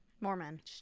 Mormon